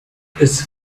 his